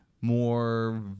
more